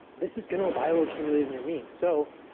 this is going to bio accumulate in your meat. so